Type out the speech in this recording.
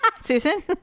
Susan